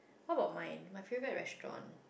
how about mine my favourite restaurant